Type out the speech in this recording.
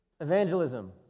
evangelism